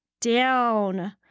down